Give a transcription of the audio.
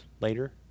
later